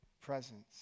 Presence